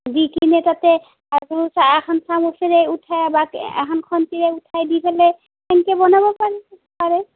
দি কিনে তাতে এখান চামুচেৰে উঠাই বা এখন খন্তিৰে উঠাই দি পেলাই সেনেকৈ বনাব পাৰি পাৰে